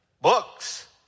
books